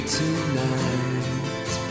tonight